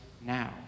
now